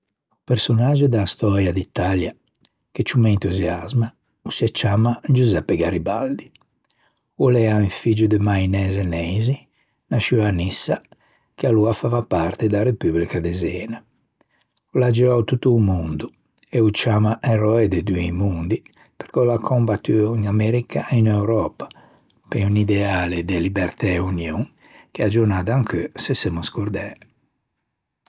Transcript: O personaggio da stöia d'Italia che ciù m'entusiasma o se ciamma Giuseppe Garibaldi. O l'ea un figgio de mainæ zeneixi nasciuo à Nissa che aloa a fava parte da Repubrica de Zena. O l'à giou tutto o mondo e ô ciamman eröe de doî mondi perché o l'à combattuo in America e in Euröpa pe un ideale de libertæ e union che a-a giornâ d'ancheu se semmo ascordæ.